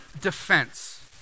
defense